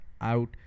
out